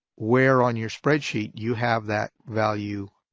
where on your spreadsheet you have that value